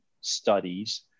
studies